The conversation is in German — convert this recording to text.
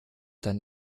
dann